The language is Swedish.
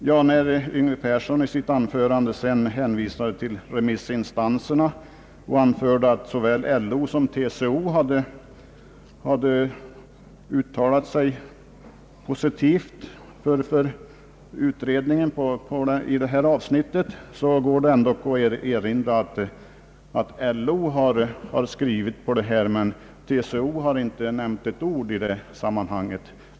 När herr Yngve Persson i sitt anförande sedan hänvisade till remissinstanserna och framhöll att såväl LO som TCO hade uttalat sig positivt för utredningen i detta avsnitt, kan det ändå erinras om att LO visserligen har skrivit om detta, men TCO har inte nämnt ett ord i det sammanhanget.